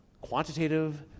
quantitative